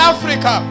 Africa